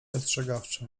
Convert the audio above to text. ostrzegawczo